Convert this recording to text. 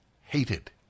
hated